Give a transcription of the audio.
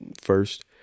first